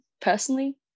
personally